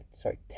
Sorry